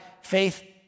faith